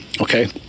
Okay